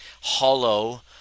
hollow